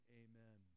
amen